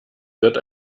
wird